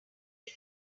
die